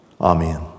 amen